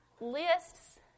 lists